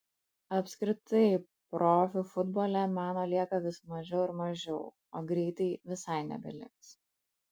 apskritai profių futbole meno lieka vis mažiau ir mažiau o greitai visai nebeliks